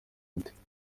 ate